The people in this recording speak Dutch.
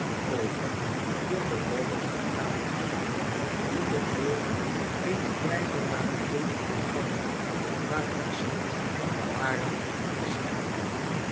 over de bewoners der kamers die door zulk eene kleine ruimte van die waar ik zat waren gescheiden